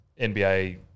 NBA